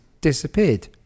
disappeared